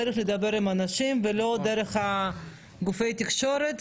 צריך לדבר עם אנשים ולא דרך גופי תקשורת,